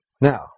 Now